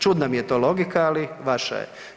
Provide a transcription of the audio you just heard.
Čudna mi je to logika, ali vaša je.